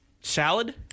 Salad